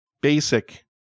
basic